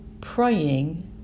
praying